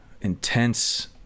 intense